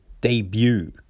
debut